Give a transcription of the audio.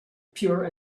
pure